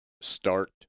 start